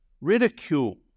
Ridicule